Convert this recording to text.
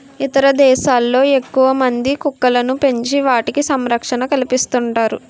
ఇతర దేశాల్లో ఎక్కువమంది కుక్కలను పెంచి వాటికి సంరక్షణ కల్పిస్తుంటారు